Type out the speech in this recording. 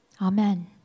amen